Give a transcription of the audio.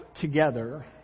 Together